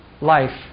life